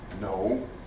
No